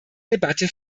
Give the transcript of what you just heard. debatte